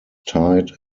tied